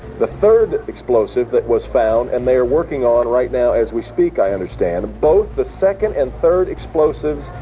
the third explosive that was found and they are working on right now as we speak, i understand. both the second and third explosives,